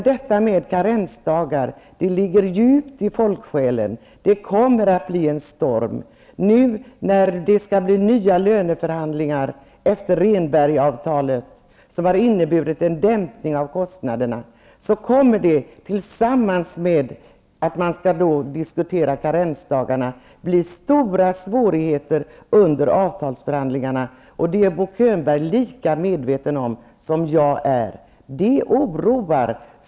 Detta med karensdagar ligger djupt i folksjälen. Det kommer att bli en storm när det blir nya löneförhandlingar efter Rehnbergsavtalet, som har inneburit en dämpning av kostnaderna. Det kommer att bli stora svårigheter under avtalsförhandlingarna, och det är Bo Könberg lika medveten om som jag. Det oroar.